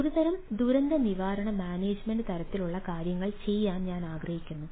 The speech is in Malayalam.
ഒരുതരം ദുരന്തനിവാരണ മാനേജ്മെൻറ് തരത്തിലുള്ള കാര്യങ്ങൾ ചെയ്യാൻ ഞാൻ ആഗ്രഹിക്കുന്നു